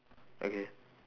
okay